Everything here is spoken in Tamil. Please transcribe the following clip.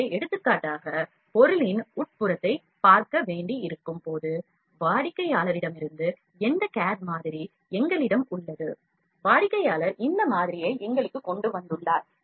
எனவே எடுத்துக்காட்டாக பொருளின் உட்புறத்தைப் பார்க்க வேண்டியிருக்கும் போது வாடிக்கையாளரிடமிருந்து இந்த கேட் மாதிரி எங்களிடம் உள்ளது வாடிக்கையாளர் இந்த மாதிரியை எங்களுக்கு கொண்டு வந்துள்ளார்